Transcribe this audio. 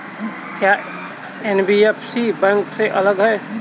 क्या NBFC bank से अलग है?